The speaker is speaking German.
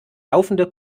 laufende